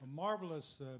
Marvelous